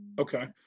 Okay